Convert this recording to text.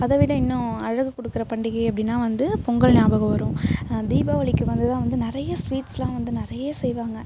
அதை விட இன்னும் அழகு கொடுக்குற பண்டிகை அப்படினா வந்து பொங்கல் ஞாபகம் வரும் தீபாவளிக்கு வந்து தான் வந்து நிறையா ஸ்வீட்ஸ்லாம் வந்து நிறைய செய்வாங்க